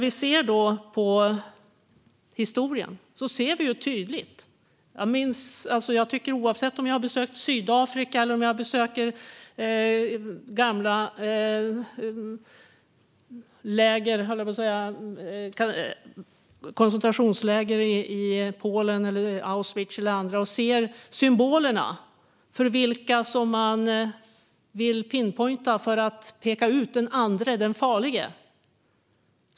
Vi ser detta tydligt i historien. Oavsett om jag besöker Sydafrika eller koncentrationsläger i Polen, Auschwitz eller andra, ser jag symbolerna för vilka man vill pinpointa för att peka ut den andre, den farlige.